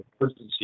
emergency